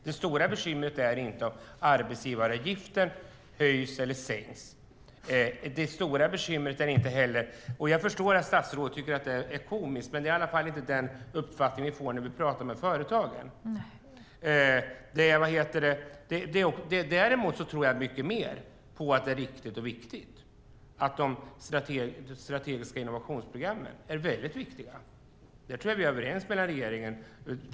Det stora bekymret är inte om arbetsgivaravgiften höjs eller sänks. Jag förstår att statsrådet tycker att detta är komiskt, men det är inte den uppfattningen vi får när vi talar med företagen. Däremot tror jag mycket mer på att det är riktigt att de strategiska innovationsprogrammen är väldigt viktiga. Där tror jag att vi är överens med regeringen.